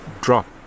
drop